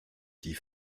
die